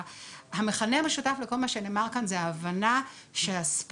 המכנה המשותף לכל מה שנאמר כאן זו ההבנה שהספורט